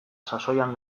sasoian